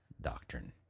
doctrine